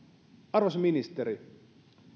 arvoisa ministeri